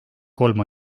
kolm